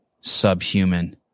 Subhuman